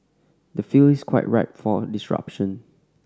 the field is quite ripe for disruption